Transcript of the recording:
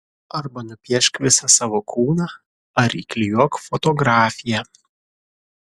arba nupiešk visą savo kūną ar įklijuok fotografiją